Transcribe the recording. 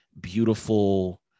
beautiful